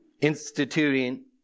instituting